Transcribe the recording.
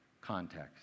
context